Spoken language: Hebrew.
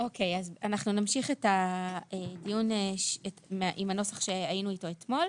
אנחנו נמשיך את הדיון בנוסח בו דנו אתמול.